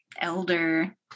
elder